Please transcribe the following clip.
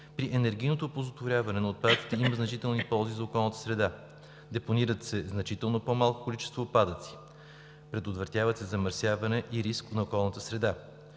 При енергийното оползотворяване на отпадъците има значителни ползи за околната среда: депонират се значително по-малко количество отпадъци; предотвратява се замърсяване и рискове за околната среда.